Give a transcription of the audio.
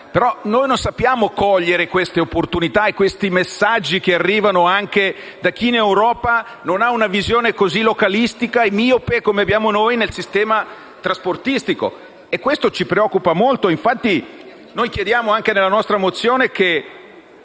però, non sappiamo cogliere queste opportunità e questi messaggi che arrivano anche da chi, in Europa, non ha una visione localistica e miope come la nostra del sistema trasportistico. Questo ci preoccupa molto. Infatti nella nostra mozione